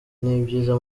n’ibyiza